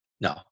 No